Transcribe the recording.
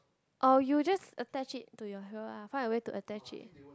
or you just attach it to your here ah find a way to attach it